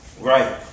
Right